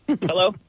Hello